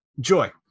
Joy